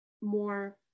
more